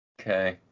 Okay